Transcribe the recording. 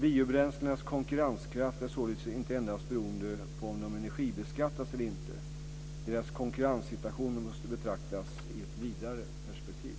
Biobränslenas konkurrenskraft är således inte endast beroende på om de energibeskattas eller inte. Deras konkurrenssituation måste betraktas i ett vidare perspektiv.